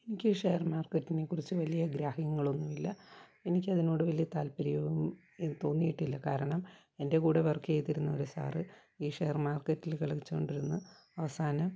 എനിക്ക് ഷെയർ മാർക്കറ്റിനെക്കുറിച്ച് വലിയ ഗ്രാഹ്യങ്ങളൊന്നുവില്ല എനിക്കതിനോട് വലിയ താൽപ്പര്യവും തോന്നിയിട്ടില്ല കാരണം എൻ്റെ കൂടെ വർക്ക് ചെയ്തിരുന്ന ഒരു സാറ് ഈ ഷെയർ മാർക്കറ്റിൽ കളിച്ചുകൊണ്ടിരുന്ന് അവസാനം